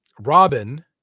Robin